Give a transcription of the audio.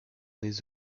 des